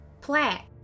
plaque